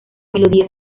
melodía